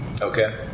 Okay